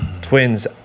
Twins